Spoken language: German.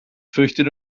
fürchtet